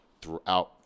throughout